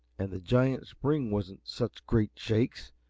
and the giant spring wasn't such great shakes,